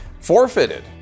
forfeited